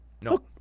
No